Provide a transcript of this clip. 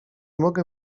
mogę